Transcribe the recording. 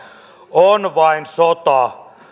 on vain sota